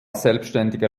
selbständiger